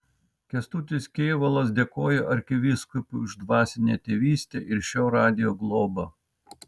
kęstutis kėvalas dėkojo arkivyskupui už dvasinę tėvystę ir šio radijo globą